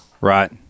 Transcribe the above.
Right